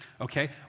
Okay